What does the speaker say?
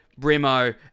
Brimo